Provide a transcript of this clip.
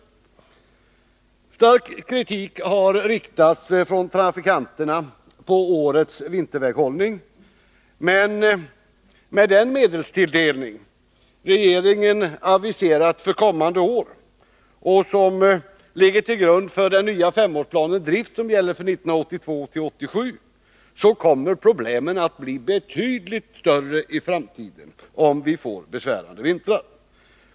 Stark kritik har riktats från trafikanterna mot årets vinterväghållning. Men med den medelstilldelning som regeringen har aviserat för kommande år och som ligger till grund för den nya femårsplanen för driftverksamheten som gäller för åren 1982-1987 kommer problemen att bli betydligt större i framtiden, om vi får besvärande vintrar.